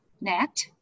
NET